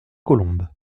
colombes